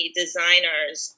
designers